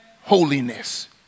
holiness